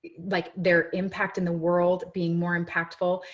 like their impact in the world being more impactful.